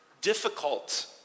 difficult